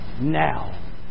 now